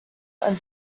and